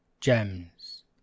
Gems